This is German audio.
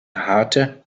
harte